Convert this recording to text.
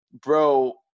bro